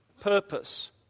purpose